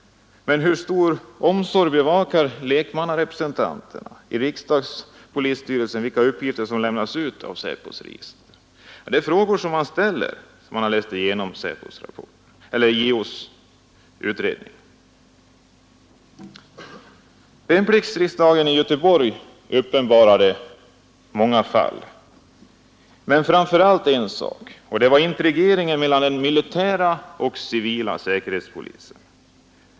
Med hur stor omsorg bevakar lekmannarepresentanterna i rikspolisstyrelsen vilka uppgifter som lämnas ut från SÄPO:s register? Sådana frågor ställer man, när man har läst JO:s utredning. Värnpliktsriksdagen i Göteborg uppenbarade framför allt en sak: integreringen mellan den militära och den civila säkerhetspolisen.